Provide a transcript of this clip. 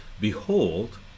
Behold